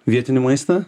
vietinį maistą